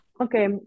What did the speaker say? Okay